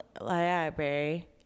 Library